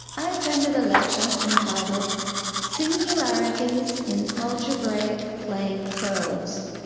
i attended a lecture entitled singularities in algebraic plane curves.